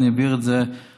ואני אעביר את זה לטיפול,